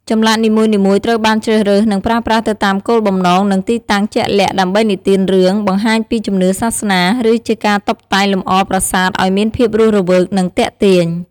ចម្លាក់នីមួយៗត្រូវបានជ្រើសរើស និងប្រើប្រាស់ទៅតាមគោលបំណង និងទីតាំងជាក់លាក់ ដើម្បីនិទានរឿង បង្ហាញពីជំនឿសាសនា ឬជាការតុបតែងលម្អប្រាសាទឲ្យមានភាពរស់រវើក និងទាក់ទាញ។